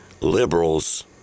liberals